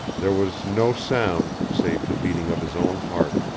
there was no sound, save the beating of his own heart.